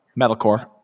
Metalcore